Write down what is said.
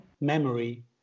memory